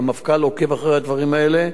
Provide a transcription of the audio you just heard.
המפכ"ל עוקב אחרי הדברים האלה.